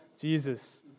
Jesus